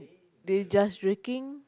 they just drinking